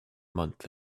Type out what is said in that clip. month